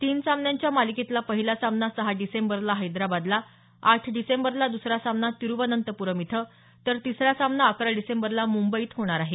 तीन सामन्यांच्या मालिकेतला पहिला सामना सहा डिसेंबरला हैदराबादला आठ डिसेंबरला दुसरा सामना तिरुवनंतपुरम इथं तर तिसरा सामना अकरा डिसेंबरला मुंबईत होणार आहे